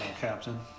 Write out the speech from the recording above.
Captain